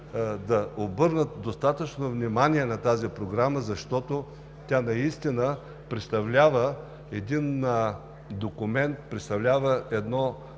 да обърнат достатъчно внимание на тази програма, защото тя наистина представлява документ, ръководство, което